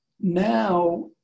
now